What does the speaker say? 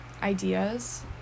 ideas